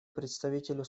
представителю